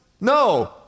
No